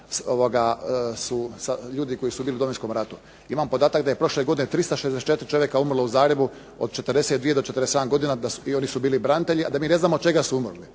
ljudi koji su bili u Domovinskom ratu. Imam podatak da je prošle godine 364 čovjeka umrlo u Zagrebu od 42 do 47 godina i oni su bili branitelji a da mi ne znamo od čega su umrli.